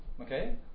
Okay